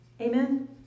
Amen